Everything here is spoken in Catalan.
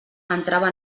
entrava